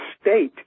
state